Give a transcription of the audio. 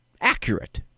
accurate